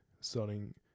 starting